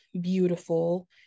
beautiful